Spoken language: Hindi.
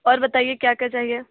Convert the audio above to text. और बताइए क्या क्या चाहिए